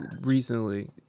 recently